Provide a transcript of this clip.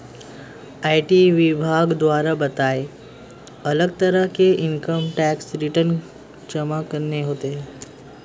IT विभाग द्वारा बताए, अलग तरह के इन्कम टैक्स रिटर्न जमा करने होते है